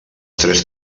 tres